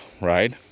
right